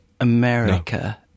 America